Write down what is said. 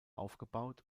aufgebaut